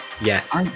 Yes